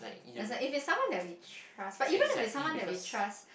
like if it's someone that we trust but even if it's someone that we trust